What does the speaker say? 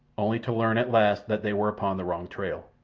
only to learn at last that they were upon the wrong trail.